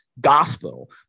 gospel